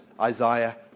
Isaiah